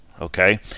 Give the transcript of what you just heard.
okay